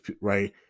right